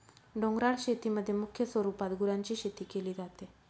डोंगराळ शेतीमध्ये मुख्य स्वरूपात गुरांची शेती केली जाते